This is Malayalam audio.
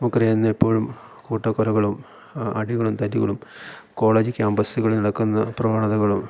നമുക്കറിയാം ഇന്നിപ്പോൾ കൂട്ടക്കൊലകളും അടികളും തല്ലുകളും കോളേജ് ക്യാമ്പസുകളിൽ നടക്കുന്ന പ്രവണതകളും